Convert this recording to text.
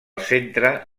centre